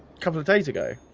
couple of days ago,